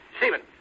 Stephen